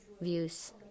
views